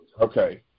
Okay